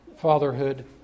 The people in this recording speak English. fatherhood